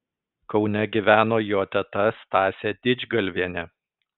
kaune gyveno jo teta stasė didžgalvienė